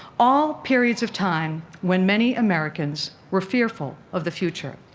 all periods of time when many americans were fearful of the future.